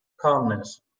calmness